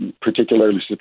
particularly